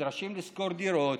נדרשים לשכור דירות,